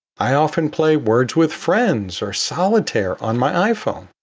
i often play words with friends or solitaire on my iphone,